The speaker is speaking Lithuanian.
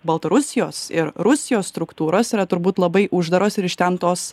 baltarusijos ir rusijos struktūros yra turbūt labai uždaros ir iš ten tos